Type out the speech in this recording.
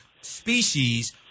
species